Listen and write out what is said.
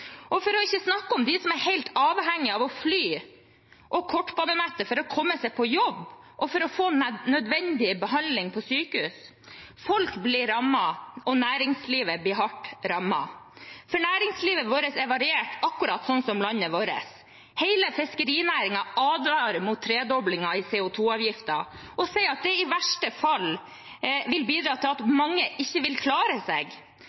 ikke å snakke om de som er helt avhengige av fly og kortbanenettet for å komme seg på jobb og for å få nødvendig behandling på sykehus. Folk blir rammet, og næringslivet blir hardt rammet. For næringslivet er variert, akkurat som landet vårt. Hele fiskerinæringen advarer mot tredoblingen av CO 2 -avgiften og sier at det i verste fall vil bidra til at mange ikke vil klare seg